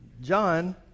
John